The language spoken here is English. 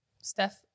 Steph